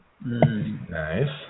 Nice